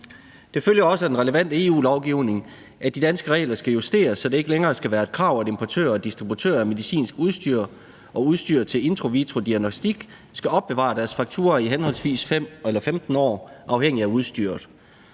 Det følger også af den relevante EU-lovgivning, at de danske regler skal justeres, så det ikke længere skal være et krav, at importører og distributører af medicinsk udstyr og udstyr til in vitro-diagnostik skal opbevare deres fakturaer i henholdsvis 5 og 15 år afhængigt af udstyret.